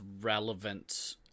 relevant